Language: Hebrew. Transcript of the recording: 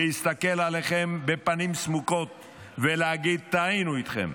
להסתכל עליכם בפנים סמוקות ולהגיד: טעינו איתכם.